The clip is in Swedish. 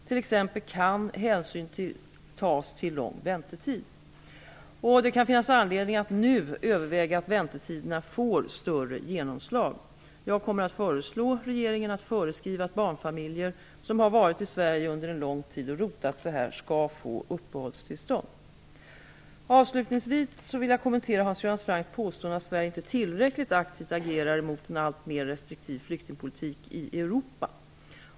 T.ex. kan hänsyn tas till lång väntetid. Det kan finnas anledning att nu överväga att väntetiderna får större genomslag. Jag kommer att föreslå regeringen att föreskriva att barnfamiljer som har varit i Sverige under en lång tid och rotat sig här skall få uppehållstillstånd. Avslutningsvis vill jag kommentera Hans Göran Francks påståenden att Sverige inte tillräckligt aktivt agerar mot en alltmer restriktiv flyktingpolitik i Europa.